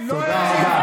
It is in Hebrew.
היא העצימה.